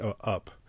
up